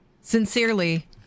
Sincerely